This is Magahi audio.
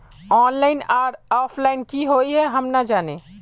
ऑनलाइन आर ऑफलाइन की हुई है हम ना जाने?